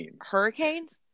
Hurricanes